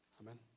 Amen